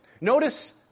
Notice